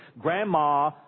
grandma